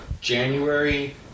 January